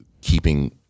keeping